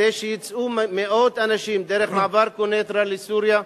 כדי שיצאו מאות אנשים דרך מעבר-קוניטרה לסוריה.